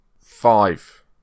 Five